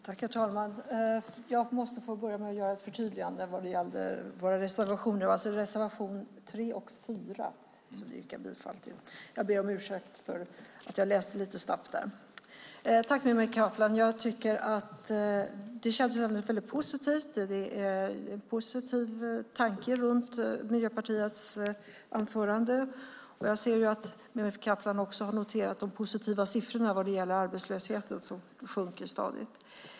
Herr talman! Jag måste börja med att göra ett förtydligande vad gäller våra reservationer. Det är reservationerna 3 och 4 jag yrkar bifall till. Jag ber om ursäkt för att jag läste lite snabbt förut. Tack, Mehmet Kaplan! Jag tycker att det känns väldigt positivt. Det är en positiv tanke runt Miljöpartiets anförande, och jag ser att Mehmet Kaplan också har noterat de positiva siffrorna vad gäller arbetslösheten, som sjunker stadigt.